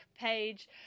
page